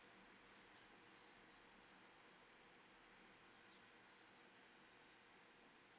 okay